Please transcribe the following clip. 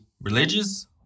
religious